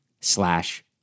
slash